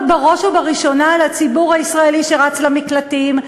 בראש ובראשונה לציבור הישראלי שרץ למקלטים,